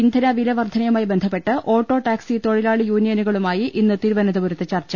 ഇന്ധന വില വർധനയുമായി ബന്ധപ്പെട്ട് ഓട്ടോ ടാക്സി തൊഴിലാളി യൂണിയനുകളുമായി ഇന്ന് തിരുവനന്തപുരത്ത് ചർച്ച